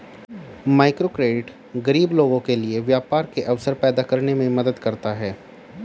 microcredit गरीब लोगों के लिए व्यापार के अवसर पैदा करने में मदद करता है